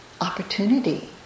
opportunity